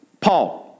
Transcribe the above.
Paul